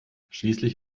schließlich